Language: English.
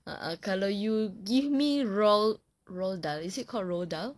ah ah kalau you give me roald roald dahl is it called roald dahl